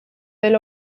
del